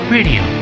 Radio